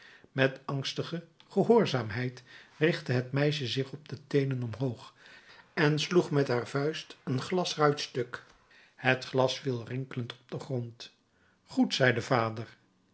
met angstige gehoorzaamheid richtte het meisje zich op de teenen omhoog en sloeg met haar vuist een glasruit stuk het glas viel rinkelend op den grond goed zei de vader